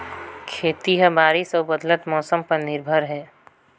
खेती ह बारिश अऊ बदलत मौसम पर निर्भर हे